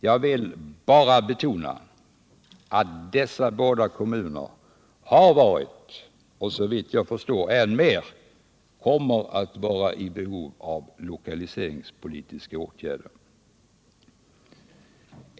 Jag vill i detta sammanhang bara betona att dessa båda kommuner har varit och kommer såvitt jag förstår att bli än mer i behov av lokaliseringspolitiska åtgärder.